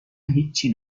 هیچی